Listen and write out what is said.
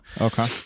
Okay